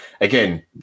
again